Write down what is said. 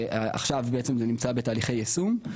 ועכשיו בעצם זה נמצא בתהליכי יישום.